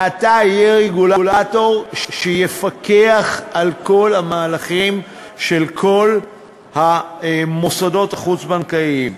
מעתה יהיה רגולטור שיפקח על כל המהלכים של כל המוסדות החוץ-בנקאיים.